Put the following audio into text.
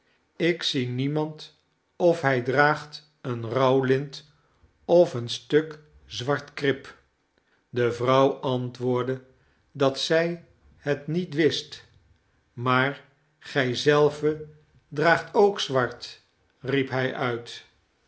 ik zie niemand of hij draagt een rouwlint of een stuk zwart krip de vrouw antwoordde dat zij het niet wist maar gij zelve draagt ook zwart riep hij uit